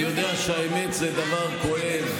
אני יודע שהאמת זה דבר כואב.